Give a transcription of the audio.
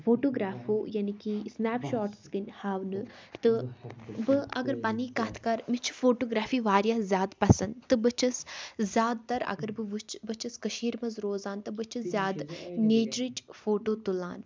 فوٹوگرٛافو یعنے کہِ snapshots کِنۍ ہاونہٕ تہٕ بہٕ اَگر پَنٕنۍ کَتھ کَرٕ مےٚ چھِ فوٹوگرٛافی واریاہ زیادٕ پَسنٛد تہٕ بہٕ چھَس زیادٕ تَر اَگر بہٕ وٕچھ بہٕ چھَس کٔشیٖرۍ منٛز روزان تہٕ بہٕ چھَس زیادٕ نیچرٕچ فوٹو تُلان